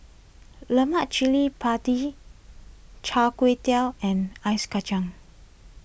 Lemak Cili Padi Chai and Ice Kachang